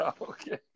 Okay